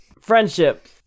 friendship